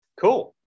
Cool